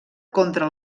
contra